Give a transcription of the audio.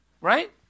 Right